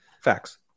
Facts